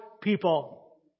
people